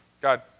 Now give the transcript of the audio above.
God